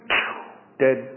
Dead